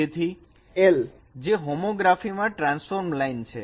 તેથી l જે homography માં ટ્રાન્સફોર્મ લાઈન છે